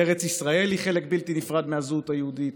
ארץ ישראל היא חלק בלתי נפרד מהזהות היהודית,